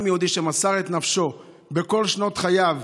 עם יהודי שמסר את נפשו בכל שנות חייו,